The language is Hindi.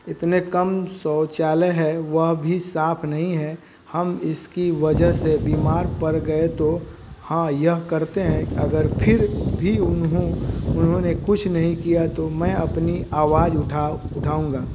इतने कम शौचालय हैं वह भी साफ नहीं हैं हम इसकी वजह से बीमार पड़ गए तो हाँ यह करते हैं अगर फिर भी उन्हों उन्होंने कुछ नहीं किया तो मैं अपनी आवाज़ उठा उठाउंगा